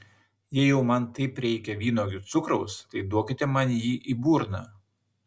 jei jau man taip reikia vynuogių cukraus tai duokite man jį į burną